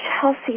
Chelsea